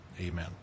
Amen